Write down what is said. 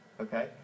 okay